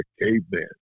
Cavemen